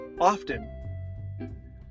often